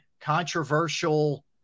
controversial